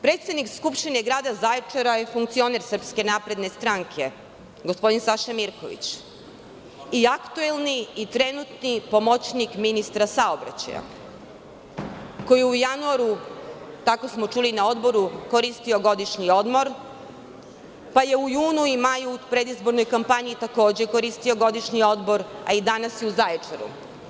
Predsednik Skupštine grada Zaječara je funkcioner SNS, gospodin Saša Mirković i aktuelni i trenutni pomoćnik ministra saobraćaja koji je u januaru, tako smo čuli na odboru, koristio godišnji odmor, pa je u junu i maju u predizbornoj kampanji takođe koristio godišnji odmor, a i danas je u Zaječaru.